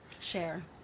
share